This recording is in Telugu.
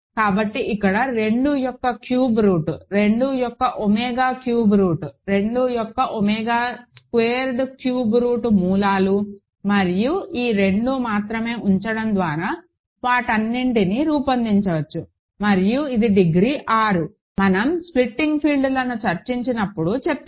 కాబట్టి ఇక్కడ 2 యొక్క క్యూబ్ రూట్ 2 యొక్క ఒమేగా క్యూబ్ రూట్ 2 యొక్క ఒమేగా స్క్వేర్డ్ క్యూబ్ రూట్ మూలాలు మరియు మీరు ఈ 2 మాత్రమే ఉంచడం ద్వారా వాటన్నింటినీ రూపొందించవచ్చు మరియు ఇది డిగ్రీ 6 మనం స్ప్లిటింగ్ ఫీల్డ్లను చర్చించినప్పుడు చెప్పాను